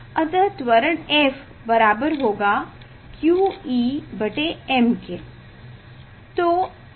अतः त्वरण f बराबर होगा q Em के